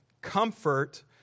comfort